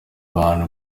bantu